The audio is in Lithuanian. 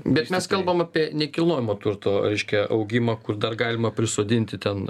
bet mes kalbam apie nekilnojamo turto reiškia augimą kur dar galima prisodinti ten